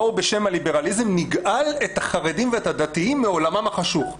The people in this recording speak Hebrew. בואו בשם הליברליזם נגאל את החרדים ואת הדתיים מעולמם החשוך.